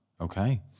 Okay